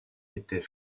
était